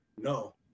No